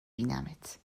بینمت